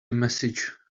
message